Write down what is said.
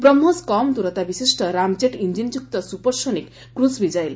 ବ୍ରହ୍କୋସ୍ କମ୍ ଦୂରତା ବିଶିଷ୍ ରାମଜେଟ୍ ଇଞିନ୍ଯୁକ୍ତ ସପରସୋନିକ୍ କ୍ରୁଜ୍ ମିଶାଇଲ